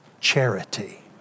charity